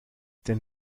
den